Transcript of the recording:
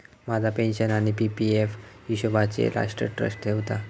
माझ्या पेन्शन आणि P P F हिशोबचो राष्ट्र ट्रस्ट ठेवता